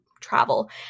travel